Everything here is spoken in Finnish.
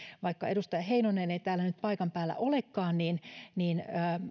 vaikka edustaja heinonen ei täällä nyt paikan päällä olekaan niin niin